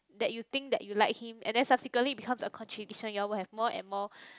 that you think that you like him and then subsequently it becomes a contradiction you all will have more and more